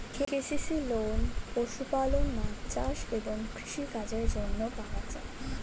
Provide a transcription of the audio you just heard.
KCC loan পশুপালন, মাছ চাষ এবং কৃষি কাজের জন্য পাওয়া যায়